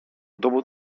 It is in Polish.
dowód